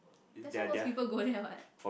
that's one was people go there what